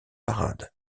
parades